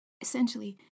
Essentially